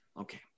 Okay